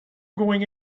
going